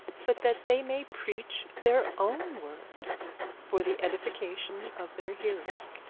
but that they may preach their own word for the edification of their hearers.